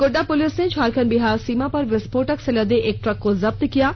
Godda police ने झारखंड बिहार सीमा पर विस्फोटक से लदे एक ट्रक को जब्त किया है